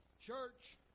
Church